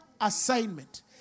assignment